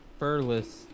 furless